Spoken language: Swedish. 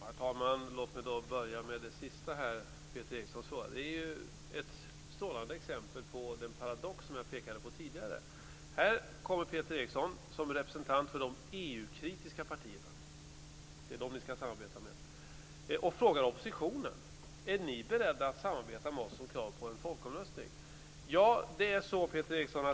Herr talman! Låt mig börja med det sista som Peter Eriksson sade. Det är ett strålande exempel på den paradox jag pekade på tidigare. Här kommer Peter Eriksson som representant för de EU-kritiska partierna och frågar oppositionen om man är beredd att samarbeta med dem om krav på folkomröstning.